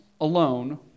alone